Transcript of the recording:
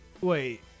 Wait